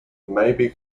may